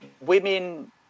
Women